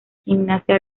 gimnasia